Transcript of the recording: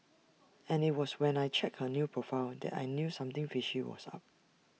and IT was when I checked her new profile that I knew something fishy was up